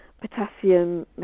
potassium